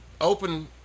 open